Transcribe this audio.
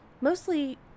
mostly